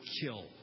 kill